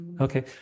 Okay